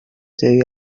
they